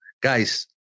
guys